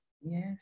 yes